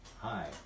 Hi